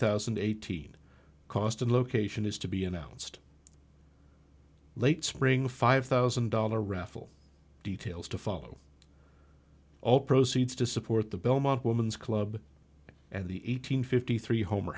thousand and eighteen cost of location is to be announced late spring five thousand dollar raffle details to follow all proceeds to support the belmont woman's club at the eight hundred fifty three home